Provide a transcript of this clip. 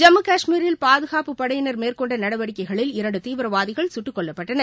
ஜம்மு கஷ்மீரில் பாதுகாப்புப்படையினர் மேற்கொண்ட நடவடிக்கைகளில் இரண்டு தீவிரவாதிகள் சுட்டுக்கொல்லப்பட்டனர்